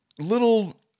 little